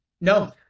No